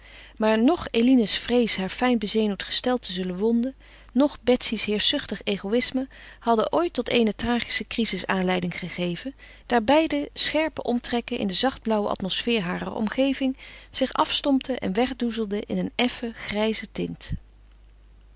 maar noch eline's vrees haar fijn bezenuwd gestel te zullen wonden noch betsy's heerschzuchtig egoïsme hadden ooit tot eene tragische crisis aanleiding gegeven daar beider scherpe omtrekken in de zachtblauwe atmosfeer harer omgeving zich afstompten en wegdoezelden in een effen grijze tint